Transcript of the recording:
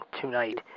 tonight